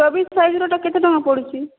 ଚବିଶ ସାଇଜ୍ ରେ ଏଟା କେତେ ଟଙ୍କା ପଡ଼ୁଛି